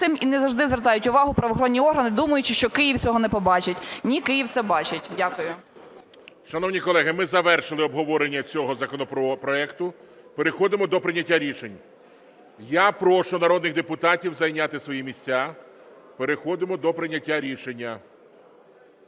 і не завжди звертають увагу правоохоронні органи, думаючи, що Київ цього не побачить. Ні, Київ це бачить. Дякую. ГОЛОВУЮЧИЙ. Шановні колеги, ми завершили обговорення цього законопроекту. Переходимо до прийняття рішень. Я прошу народних депутатів зайняти свої місця. Переходимо до прийняття рішення.